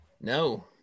No